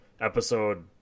episode